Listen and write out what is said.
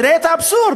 תראה את האבסורד,